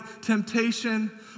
temptation